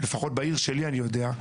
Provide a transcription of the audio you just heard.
לפחות בעיר שלי אני יודע,